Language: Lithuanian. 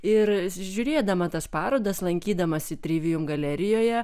ir žiūrėdama tas parodas lankydamasi trivium galerijoje